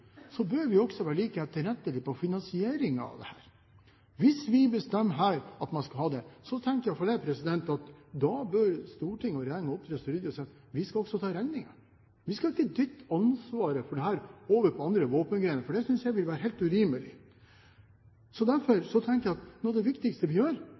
bør vi også være like etterrettelige på finansieringen av dette. Hvis vi bestemmer her at man skal ha det, mener iallfall jeg at da bør storting og regjering opptre så ryddig at de sier: Vi skal også ta regningen. Vi skal ikke dytte ansvaret for dette over på andre våpengrener. Det synes jeg vil være helt urimelig. Så derfor tenker jeg at noe av det viktigste vi gjør,